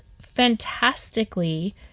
fantastically